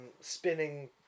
spinning